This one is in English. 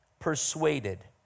persuaded